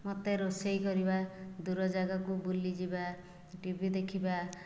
ମୋତେ ରୋଷେଇ କରିବା ଦୂର ଜାଗାକୁ ବୁଲିଯିବା ଟିଭି ଦେଖିବା